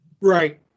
Right